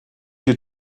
you